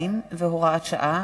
2 והוראת שעה),